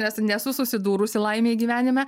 nes nesu susidūrusi laimei gyvenime